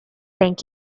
thank